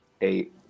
Eight